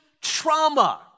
trauma